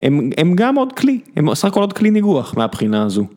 הם גם עוד כלי, הם סך הכל עוד כלי ניגוח מהבחינה הזו.